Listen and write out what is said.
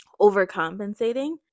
overcompensating